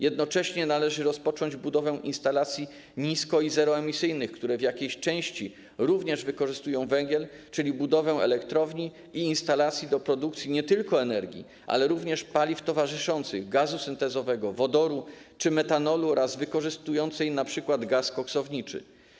Jednocześnie należy rozpocząć budowę instalacji nisko- i zeroemisyjnych, które w jakiejś części również wykorzystują węgiel, czyli budowę elektrowni i instalacji do produkcji nie tylko energii, ale również paliw towarzyszących, gazu syntezowego, wodoru czy metanolu, oraz wykorzystującej np. gaz koksowniczy.